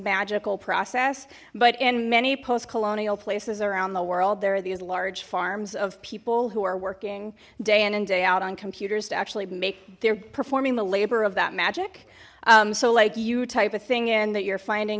magical process but in many post colonial places around the world there are these large farms of people who are working day in and day out on computers to actually make they're performing the labor of that magic so like you type a thing in that you're finding